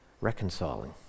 reconciling